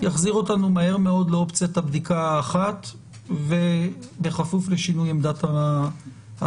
יחזיר אותנו מהר מאוד לאופציית הבדיקה האחת ובכפוף לשינוי עמדת המשטרה.